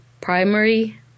primary